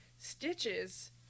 stitches